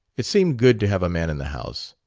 it seemed good to have a man in the house.